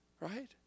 right